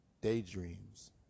daydreams